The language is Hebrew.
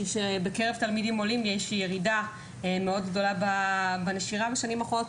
שבקרב תלמידים עולים יש ירידה מאוד גדולה בנשירה בשנים האחרונות,